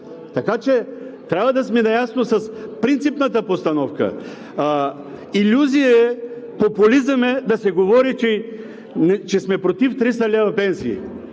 Така че трябва да сме наясно с принципната постановка. Илюзия е, популизъм е да се говори, че сме против 300 лв. пенсии,